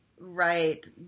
right